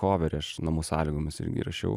koverį aš namų sąlygomis irgi įrašiau